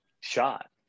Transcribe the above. shot